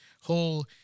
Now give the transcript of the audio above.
whole